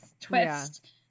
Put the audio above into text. twist